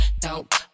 Dope